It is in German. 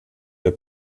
der